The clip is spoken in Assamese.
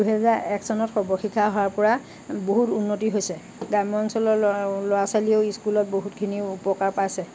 দুহেজাৰ এক চনত সৰ্বশিক্ষা অহাৰ পৰা বহুত উন্নতি হৈছে গ্ৰাম্য অঞ্চলৰ ল'ৰা ছোৱালীও স্কুলত বহুতখিনি উপকাৰ পাইছে